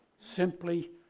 Simply